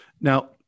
Now